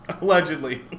Allegedly